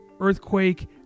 earthquake